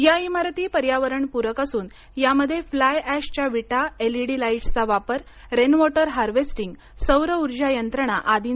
या इमारती पर्यावरणपूरक असून यामध्ये फ्लाय अॅशच्या विटा एल ईडी लाईटसचा वापर रेनवॉटर हार्वेस्टिंग सौर ऊर्जा यंत्रणा आदींचा समावेश आहे